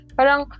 Parang